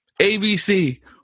ABC